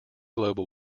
globe